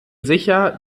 sicher